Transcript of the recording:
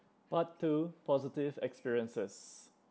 part two positive experiences